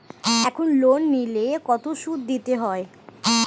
এখন লোন নিলে কত সুদ দিতে হয়?